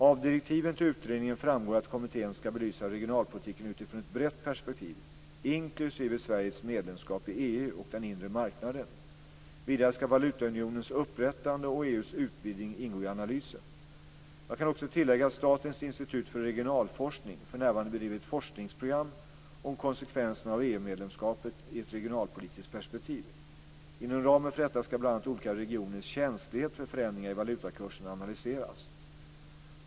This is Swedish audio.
Av direktiven till utredningen framgår att kommittén skall belysa regionalpolitiken utifrån ett brett perspektiv, inklusive Sveriges medlemskap i EU och den inre marknaden. Vidare skall valutaunionens upprättande och EU:s utvidgning ingå i analysen. Jag kan också tillägga att Statens institut för regionalforskning för närvarande bedriver ett forskningsprogram om konsekvenserna av EU-medlemskapet i ett regionalpolitiskt perspektiv. Inom ramen för detta skall bl.a. olika regioners känslighet för förändringar i valutakursen analyseras.